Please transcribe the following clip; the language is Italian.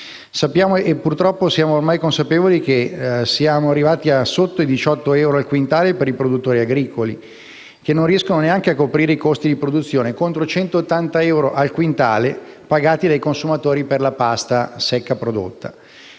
Sappiamo e, purtroppo, siamo ormai consapevoli, che siamo arrivati sotto i 18 euro al quintale per i produttori agricoli, che non riescono nemmeno a coprire i costi di produzione, contro i 180 euro al quintale pagati dai consumatori per la pasta secca prodotta.